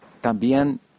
También